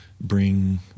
bring